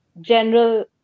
general